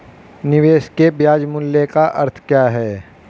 निवेश के ब्याज मूल्य का अर्थ क्या है?